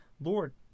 Lord